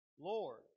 Lord